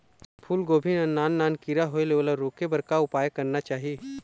फूलगोभी मां नान नान किरा होयेल ओला रोके बर का उपाय करना चाही?